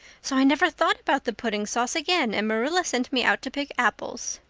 so i never thought about the pudding sauce again and marilla sent me out to pick apples.